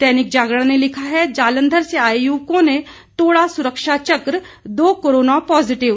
दैनिक जागरण ने लिखा है जालंधर से आए युवकों ने तोड़ा सुरक्षा चक्र दो कोरोना पॉजिटिव